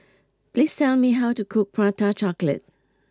please tell me how to cook Prata Chocolate